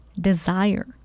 desire